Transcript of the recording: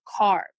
carbs